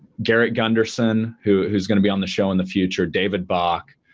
garrett gunderson who's going to be on the show in the future, david bach,